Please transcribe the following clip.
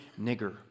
nigger